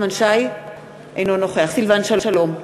אינו נוכח סילבן שלום,